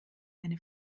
eine